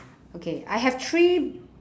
okay I have three